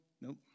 Nope